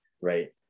Right